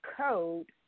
code